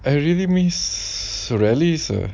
I really miss rallies